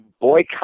boycott